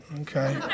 okay